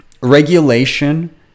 regulation